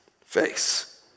face